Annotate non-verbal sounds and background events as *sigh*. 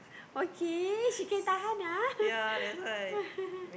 okay she can tahan ah *laughs*